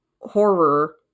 horror